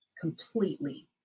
completely